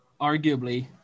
arguably